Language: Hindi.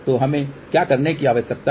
तो हमें क्या करने की आवश्यकता है